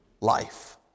life